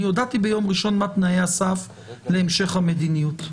אני הודעתי ביום ראשון מה תנאי הסף להמשך המדיניות.